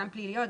גם פליליות,